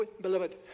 Beloved